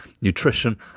nutrition